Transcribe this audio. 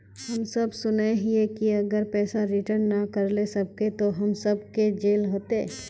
हम सब सुनैय हिये की अगर पैसा रिटर्न ना करे सकबे तो हम सब के जेल होते?